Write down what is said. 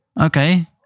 Okay